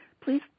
please